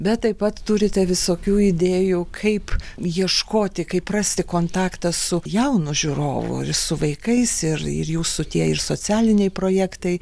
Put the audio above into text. bet taip pat turite visokių idėjų kaip ieškoti kaip rasti kontaktą su jaunu žiūrovu ir su vaikais ir ir jūsų tie ir socialiniai projektai